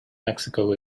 mexico